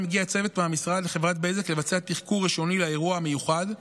הגיע צוות מהמשרד לחברת בזק לביצוע תחקור ראשוני לאירוע המיוחד,